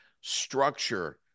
structure